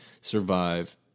survive